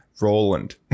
roland